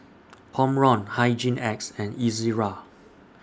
Omron Hygin X and Ezerra